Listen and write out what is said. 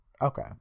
Okay